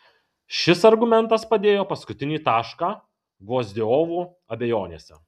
šis argumentas padėjo paskutinį tašką gvozdiovų abejonėse